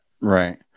Right